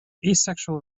asexual